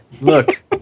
Look